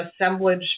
assemblage